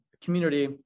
community